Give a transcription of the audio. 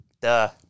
Duh